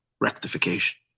rectification